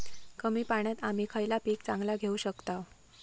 कमी पाण्यात आम्ही खयला पीक चांगला घेव शकताव?